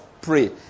pray